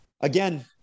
again